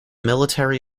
military